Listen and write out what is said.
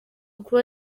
kuba